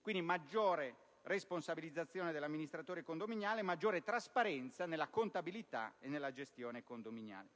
Quindi, maggiore responsabilizzazione dell'amministratore condominiale e maggiore trasparenza nella contabilità e nella gestione condominiale.